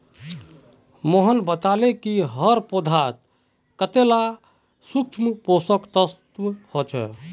मोहन बताले कि हर पौधात कतेला सूक्ष्म पोषक तत्व ह छे